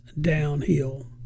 downhill